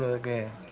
again?